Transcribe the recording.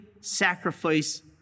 Sacrifice